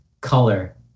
color